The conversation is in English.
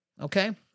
Okay